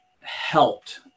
helped